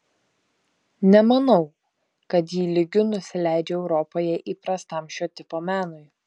nemanau kad ji lygiu nusileidžia europoje įprastam šio tipo menui